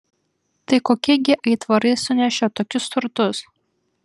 tai kokie gi aitvarai sunešė tokius turtus